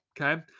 okay